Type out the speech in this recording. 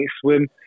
swim